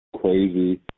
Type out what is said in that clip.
crazy